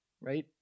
right